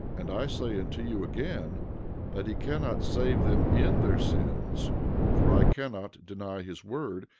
and i say unto you again that he cannot save them in their sins for i cannot deny his word,